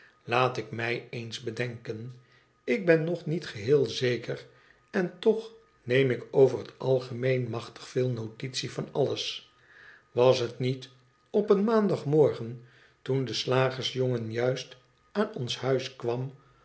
laat ik mij eens bedenken ik ben nog niet geheel zeker en toch neem ik over het algemeen machtig veel notitie van alles was het niet op een maandagmorgen toen de slagersjongen juist aan ons huis kwam